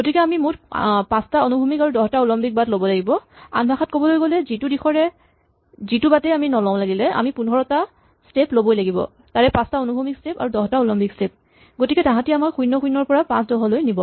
গতিকে আমি মুঠ পাঁচটা অনুভুমিক আৰু দহটা উলম্বিক বাট ল'ব লাগিব আন ভাষাত ক'বলৈ গ'লে যিটো দিশৰে যিটো বাটেই আমি নলও লাগিলে আমি ১৫ টা স্টেপ ল'বই লাগিব তাৰে ৫ টা অনুভূমিক স্টেপ আৰু ১০ টা উলম্বিক স্টেপ কিয়নো তাহাঁতি আমাক ০০ ৰ পৰা ৫ ১০ লৈ নিব